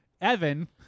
Evan